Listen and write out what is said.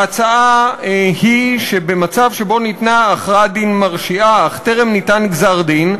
ההצעה היא שבמצב שבו ניתנה הכרעת דין מרשיעה אך טרם ניתן גזר-דין,